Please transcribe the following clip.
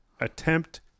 attempt